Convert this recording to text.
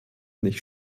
nicht